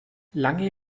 lange